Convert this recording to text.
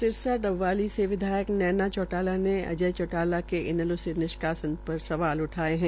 सिरसा डबवाली से विधायक नैना चौटाला ने अजय चौटाला से निष्कासन पर सवाल उठाये है